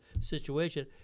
situation